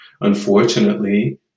Unfortunately